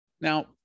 Now